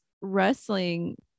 wrestling